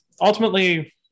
ultimately